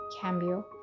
cambio